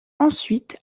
ensuite